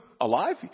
alive